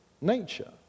nature